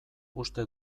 uste